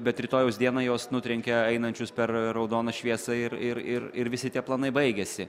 bet rytojaus dieną juos nutrenkė einančius per raudoną šviesą ir ir ir ir visi tie planai baigiasi